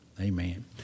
amen